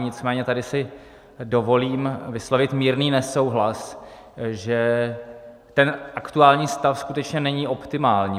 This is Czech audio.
Nicméně tady si dovolím vyslovit mírný nesouhlas, že ten aktuální stav skutečně není optimální.